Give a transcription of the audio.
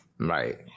Right